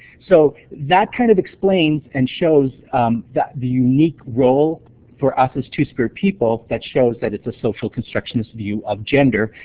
so that kind of explains and shows the unique role for us as two-spirit people, that shows that it's a social constructionist view of gender,